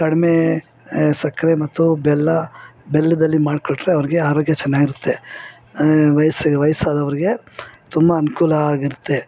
ಕಡಿಮೆ ಸಕ್ಕರೆ ಮತ್ತು ಬೆಲ್ಲ ಬೆಲ್ಲದಲ್ಲಿ ಮಾಡಿಕೊಟ್ರೆ ಅವ್ರಿಗೆ ಆರೋಗ್ಯ ಚೆನ್ನಾಗಿರುತ್ತೆ ವಯಸ್ಸು ವಯಸ್ಸಾದವ್ರಿಗೆ ತುಂಬ ಅನುಕೂಲ ಆಗುತ್ತೆ